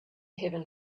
heaven